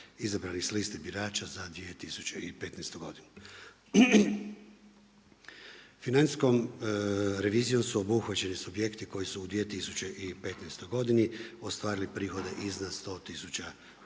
izabrani s liste birača za 2015. godinu. Financijskom revizijom su obuhvaćeni subjekti koji su u 2015. godini ostvarili prihode iznad 100 tisuća,